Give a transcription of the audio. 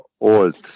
old